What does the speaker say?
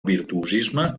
virtuosisme